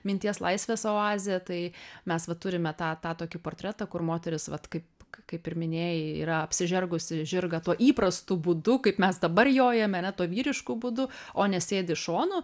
minties laisvės oazė tai mes va turime tą tą tokį portretą kur moterys vat kaip kaip ir minėjai yra apsižergusi žirgą tuo įprastu būdu kaip mes dabar jojame ane tuo vyrišku būdu o nesėdi šonu